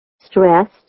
stressed